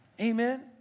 Amen